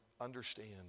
understand